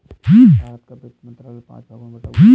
भारत का वित्त मंत्रालय पांच भागों में बटा हुआ है